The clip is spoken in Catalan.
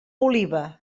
oliva